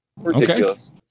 Ridiculous